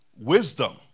wisdom